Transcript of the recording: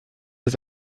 das